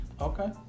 Okay